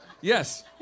Yes